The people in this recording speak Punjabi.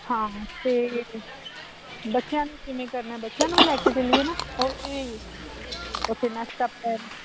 ਹਾਂ ਅਤੇ ਬੱਚਿਆਂ ਨੂੰ ਕਿਵੇਂ ਕਰਨਾ ਬੱਚਿਆਂ ਨੂੰ ਵੀ ਲੈ ਕੇ ਚੱਲੀਏ ਨਾ ਉਹ ਵੀ ਉਥੇ ਨੱਚ ਟੱਪ ਲੈਣਗੇ